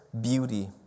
beauty